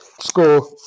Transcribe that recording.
score